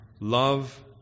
love